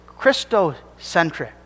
Christocentric